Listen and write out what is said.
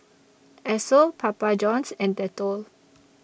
Esso Papa Johns and Dettol